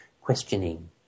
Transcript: questioning